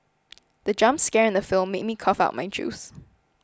the jump scare in the film made me cough out my juice